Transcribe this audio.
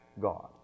God